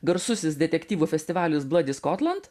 garsusis detektyvų festivalis bloody scotland